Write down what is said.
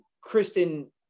Kristen